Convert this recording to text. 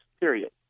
period